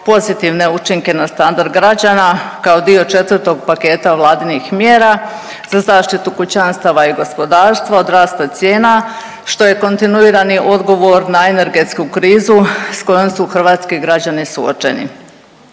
pozitivne učinke na standarda građana kao dio četvrtog paketa vladinih mjera za zaštitu kućanstava i gospodarstva od rasta cijena što je kontinuirani odgovor na energetsku krizu s kojom su hrvatski građani suočeni.